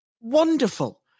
Wonderful